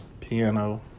piano